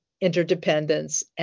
interdependence